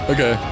Okay